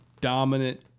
dominant